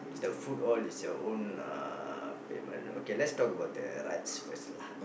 the food all is your own uh payment okay let's talk about the rides first lah